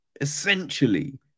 essentially